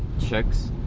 checks